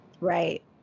Right